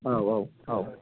औ औ औ